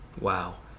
Wow